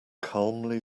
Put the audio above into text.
calmly